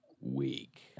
week